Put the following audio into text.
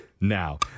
now